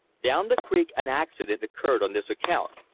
down the creek an accident occurred on this account.